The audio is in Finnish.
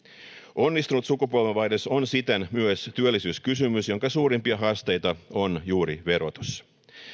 onnistunut sukupolvenvaihdos on siten myös työllisyyskysymys jonka suurimpia haasteita on juuri verotus